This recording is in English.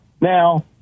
Now